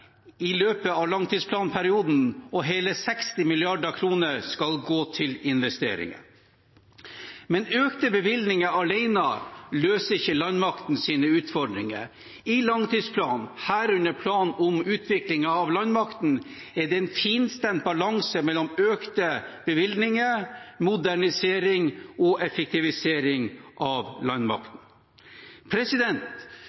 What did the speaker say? i løpet av langtidsplanperioden, og hele 60 mrd. kr skal gå til investeringer. Men økte bevilgninger alene løser ikke landmaktens utfordringer. I langtidsplanen, herunder planen om utviklingen av landmakten, er det en finstemt balanse mellom økte bevilgninger, modernisering og effektivisering av